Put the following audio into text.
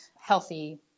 healthy